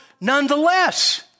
nonetheless